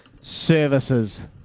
services